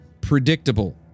predictable